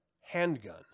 handgun